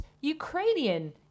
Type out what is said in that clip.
Ukrainian